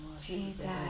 Jesus